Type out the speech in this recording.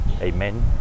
Amen